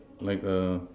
like a